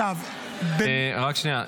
רק שנייה.